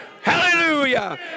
Hallelujah